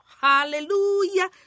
Hallelujah